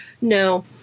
No